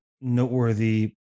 noteworthy